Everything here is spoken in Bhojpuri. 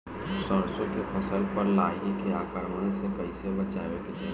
सरसो के फसल पर लाही के आक्रमण से कईसे बचावे के चाही?